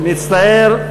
מצטער,